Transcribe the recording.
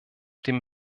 dem